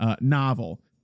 novel